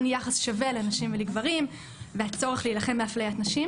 יחס שווה לנשים ולגברים והצורך להילחם באפליית נשים.